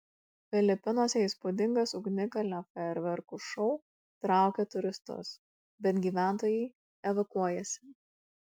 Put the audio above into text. filipinuose įspūdingas ugnikalnio fejerverkų šou traukia turistus bet gyventojai evakuojasi